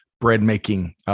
bread-making